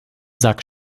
sack